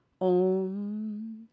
Om